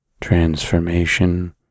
transformation